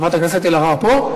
חברת הכנסת אלהרר פה?